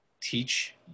teach